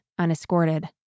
unescorted